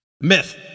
Myth